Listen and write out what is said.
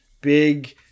big